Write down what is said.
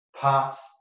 parts